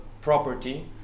property